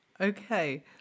Okay